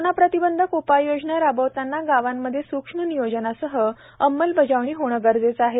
corona प्रतिबंधक उपाययोजना राबविताना गावांमध्ये सुक्ष्म नियोजनासह अंमलबजावणी होणे गरजेचे आहे